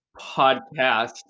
podcast